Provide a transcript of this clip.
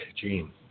Gene